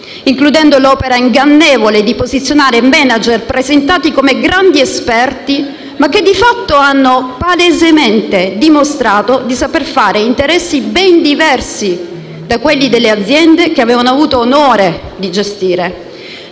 includendo l'opera ingannevole di posizionare *manager* presentati come grandi esperti, ma che di fatto hanno palesemente dimostrato di saper fare interessi ben diversi da quelli delle aziende che avevano avuto l'onore di gestire.